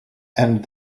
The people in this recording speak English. and